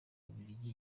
bubiligi